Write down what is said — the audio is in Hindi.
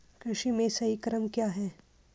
कृषि में सही क्रम क्या है?